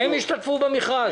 הם ישתתפו במכרז.